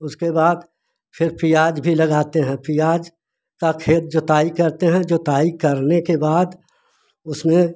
उसके बाद फिर प्याज भी लगाते हैं प्याज का खेत जोताई करते हैं जोताई करने के बाद उसमें